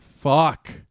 Fuck